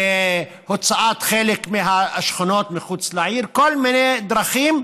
הוצאת חלק מהשכונות מחוץ לעיר כל מיני דרכים,